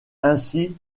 ainsi